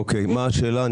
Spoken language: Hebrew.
אוקיי, מה השאלה?